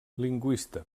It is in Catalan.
lingüista